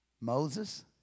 Moses